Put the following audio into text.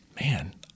man